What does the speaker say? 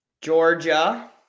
georgia